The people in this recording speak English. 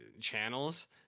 channels